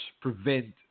prevent